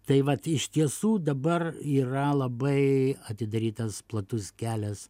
tai vat iš tiesų dabar yra labai atidarytas platus kelias